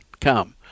come